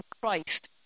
Christ